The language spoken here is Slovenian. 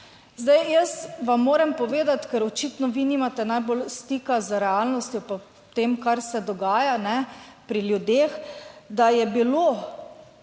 plačah. Jaz vam moram povedati, ker očitno vi nimate najbolj stika z realnostjo po tem, kar se dogaja pri ljudeh, da je bilo